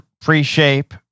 pre-shape